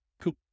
Cool